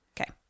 Okay